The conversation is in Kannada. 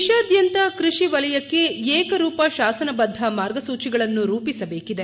ದೇಶಾದ್ಯಂತ ಕ್ವಷಿ ವಲಯಕ್ಕೆ ಏಕರೂಪ ಶಾಸನಬದ್ದ ಮಾರ್ಗಸೂಚಿಗಳನ್ನು ರೂಪಿಸಬೇಕಿದೆ